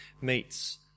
meets